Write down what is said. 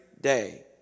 day